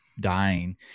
dying